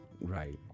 Right